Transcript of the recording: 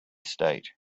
state